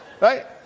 Right